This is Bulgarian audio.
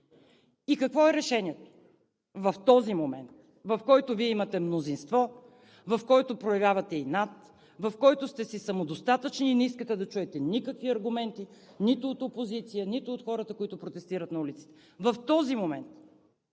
Какво е решението в този момент, в който имате мнозинство, в който проявявате инат, в който сте си самодостатъчни и не искате да чуете никакви аргументи нито от опозиция, нито от хората, които протестират на улиците? В този момент,